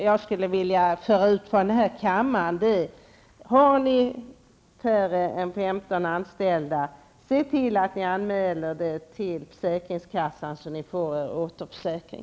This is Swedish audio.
Jag skulle vilja föra ut följande från denna kammare: Har ni färre än 15 anställda, se till att anmäla det till försäkringskassan, så att ni får er återförsäkring!